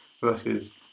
versus